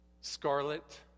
Scarlet